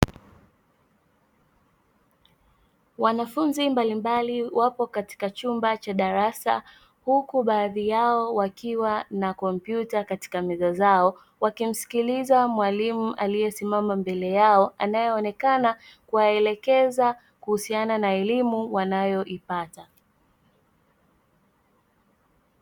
Wanafunzi mbalimbali wapo katika chumba cha darasa huku baadhi yao wakiwa na kompyuta katika meza zao wakimsikiliza mwalimu aliyesimama mbele yao, anayeonekana kuwaelekeza kuhusiana na elimu wanayoipata.